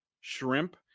shrimp